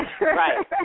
Right